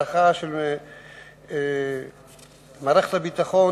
הערכה של מערכת הביטחון,